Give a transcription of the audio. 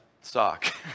sock